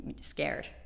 scared